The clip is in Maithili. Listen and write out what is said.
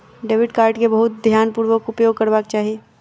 डेबिट कार्ड के बहुत ध्यानपूर्वक उपयोग करबाक चाही